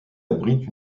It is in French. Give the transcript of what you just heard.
abrite